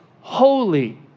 holy